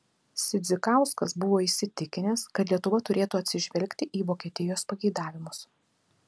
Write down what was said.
sidzikauskas buvo įsitikinęs kad lietuva turėtų atsižvelgti į vokietijos pageidavimus